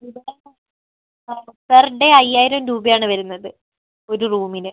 ഇവിടെ per day അയ്യായിരം രൂപയാണ് വരുന്നത് ഒരു റൂമിന്